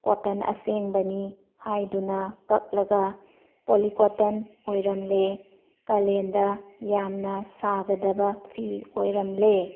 cotton ꯑꯁꯦꯡꯕꯅꯤ ꯍꯥꯏꯗꯨꯅ ꯀꯛꯂꯒ ꯄꯣꯂꯤꯀꯣꯇꯟ ꯑꯣꯏꯔꯝꯂꯦ ꯀꯥꯂꯦꯟꯗ ꯌꯥꯝꯅ ꯁꯥꯒꯗꯕ ꯐꯤ ꯑꯣꯏꯔꯝꯂꯦ